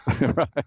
Right